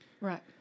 right